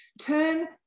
Turn